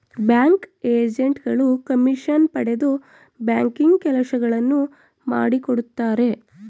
bank agent ಗಳು commission ಪಡೆದು banking ಕೆಲಸಗಳನ್ನು ಮಾಡಿಕೊಡುತ್ತಾರೆ